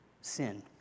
sin